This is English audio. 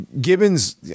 gibbons